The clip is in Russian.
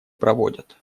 проводят